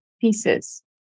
pieces